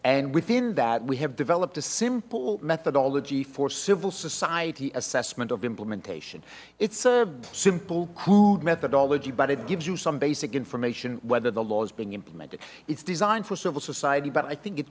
and within that we have developed a simple methodology for civil society assessment of implementation it's a simple crude methodology but it gives you some basic information whether the laws being implemented it's designed for civil society but i think it